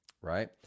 right